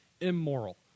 Immoral